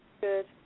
good